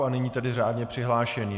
A nyní tedy řádně přihlášení.